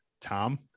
Tom